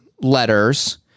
letters